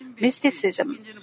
mysticism